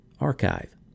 Archive